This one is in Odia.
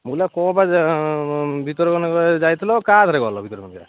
ମୁଁ କହିଲି ଆଉ କ'ଣ ପାଇଁ ଭିତରକନିକା ଯାଇଥିଲ କା ଦେହରେ ଗଲ ଭିତରକନିକା